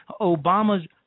Obama's